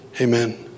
amen